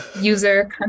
user